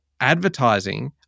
advertising